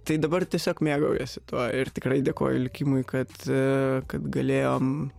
tai dabar tiesiog mėgaujuosi tuo ir tikrai dėkoju likimui kad kad galėjom